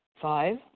Five